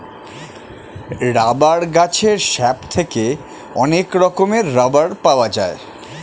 rubber গাছের sap থেকে অনেক রকমের রাবার পাওয়া যায়